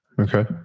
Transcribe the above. okay